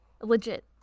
Legit